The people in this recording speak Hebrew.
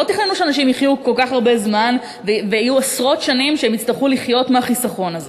לא תכננו שאנשים יחיו כל כך הרבה זמן ויצטרכו לחיות מהחיסכון הזה